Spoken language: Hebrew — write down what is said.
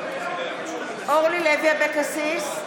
אורלי לוי אבקסיס,